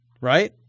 Right